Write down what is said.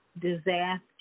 disaster